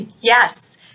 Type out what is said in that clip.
Yes